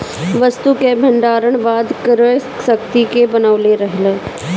वस्तु कअ भण्डारण बाद में क्रय शक्ति के बनवले रहेला